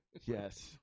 yes